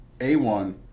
A1